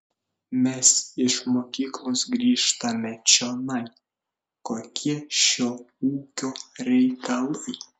mes iš mokyklos grįžtame čionai kokie šio ūkio reikalai